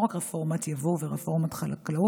אלה לא רק רפורמת יבוא ורפורמת חקלאות,